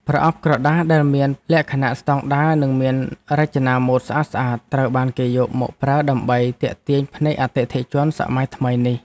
ប្រអប់ក្រដាសដែលមានលក្ខណៈស្តង់ដារនិងមានរចនាម៉ូដស្អាតៗត្រូវបានគេយកមកប្រើដើម្បីទាក់ទាញភ្នែកអតិថិជនសម័យថ្មីនេះ។